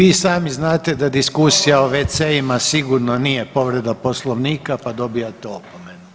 I vi sami znate da diskusija o WC-ima sigurno nije povreda Poslovnika, pa dobivate opomenu.